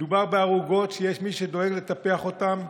מדובר בערוגות שיש מי שדואג לטפח אותן,